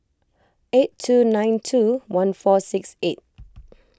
eight two nine two one four six eight